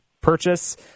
purchase